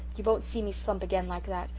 you won't see me slump again like that,